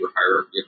hierarchy